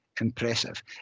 impressive